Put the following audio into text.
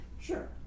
Sure